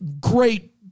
great